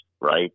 right